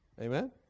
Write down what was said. Amen